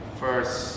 first